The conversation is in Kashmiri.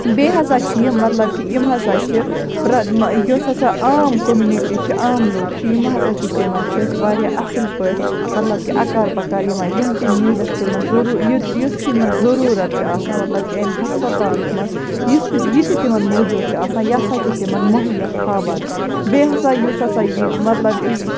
بیٚیہِ ہَسا چھِ یہِ مَطلَب کہِ یِم ہَسا چھِ پرَ یۄس ہَسا عام کوٚمنٹی چھِ عام لُکھ چھِ یِم ہَسا چھِ تِمَن سۭتۍ واریاہ اصٕل پٲٹھۍ مَطلَب کہِ اَکار بَکار یِوان یِم تہِ نیٖڈٕس تِمَن ضوٚرو یُس تمن ضروٗرَت چھِ آسان مَطلَب کہِ امہِ ہَسپَتالَس مَنٛز یُس تہِ یہِ تہِ تِمَن موٗجوٗد چھُ آسان یہِ ہَسا چھِ تِمَن مُہیا تھاوان بیٚیہِ ہَسا یُس ہَسا مَطلَب کہِ